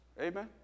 Amen